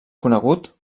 conegut